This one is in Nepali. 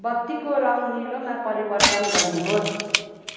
बत्तीको रङ्ग निलोमा परिवर्तन गर्नुहोस्